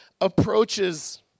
approaches